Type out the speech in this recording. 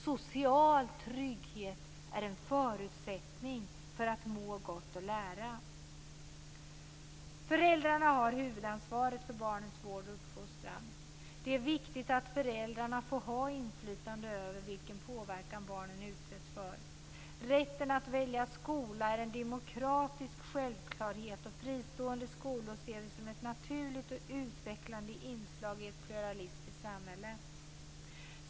Social trygghet är en förutsättning för att må gott och lära. Föräldrarna har huvudansvaret för barnens vård och uppfostran. Det är viktigt att föräldrarna får ha inflytande över vilken påverkan barnen utsätts för. Rätten att välja skola är en demokratisk självklarhet, och fristående skolor ser vi som ett naturligt och utvecklande inslag i ett pluralistiskt samhälle.